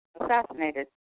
assassinated